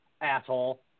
asshole